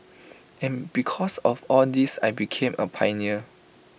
and because of all this I became A pioneer